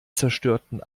zerstörten